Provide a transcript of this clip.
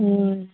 उम